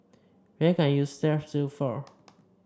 what can I use Strepsils for